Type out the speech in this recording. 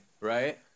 Right